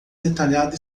detalhado